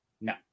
No